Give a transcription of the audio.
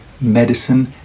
medicine